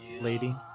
lady